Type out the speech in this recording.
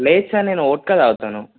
లేదు సార్ నేను ఓట్కా తాగుతాను